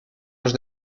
los